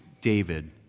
David